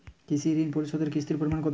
কৃষি ঋণ পরিশোধের কিস্তির পরিমাণ কতো?